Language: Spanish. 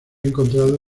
encontrado